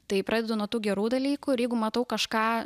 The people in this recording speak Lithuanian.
tai pradedu nuo tų gerų dalykų ir jeigu matau kažką